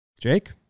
Jake